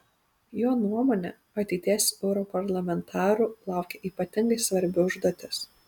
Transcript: jo nuomone ateities europarlamentarų laukia ypatingai svarbi užduotis